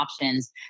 options